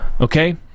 Okay